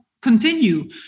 continue